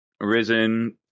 Risen